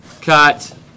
cut